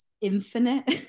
infinite